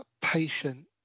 patient